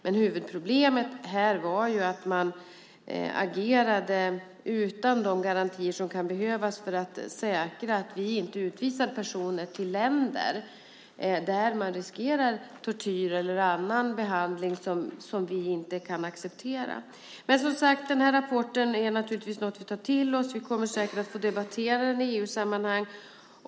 Men huvudproblemet här var att man agerade utan de garantier som kan behövas för att säkra att vi inte utvisar personer till länder där människor riskerar att utsättas för tortyr eller annan behandling som vi inte kan acceptera. Som sagt är rapporten något som vi tar till oss. Vi kommer säkert att få debattera den i EU-sammanhang.